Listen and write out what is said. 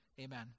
amen